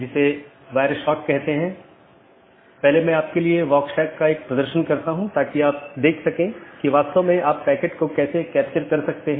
और एक autonomous system एक ही संगठन या अन्य सार्वजनिक या निजी संगठन द्वारा प्रबंधित अन्य ऑटॉनमस सिस्टम से भी कनेक्ट कर सकती है